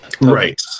Right